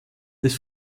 des